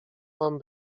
wam